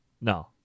No